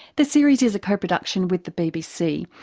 the series is a co-production with the bbc.